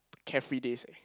carefree days eh